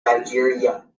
nigeria